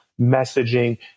messaging